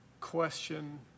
question